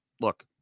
Look